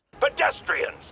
Pedestrians